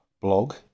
blog